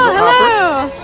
hello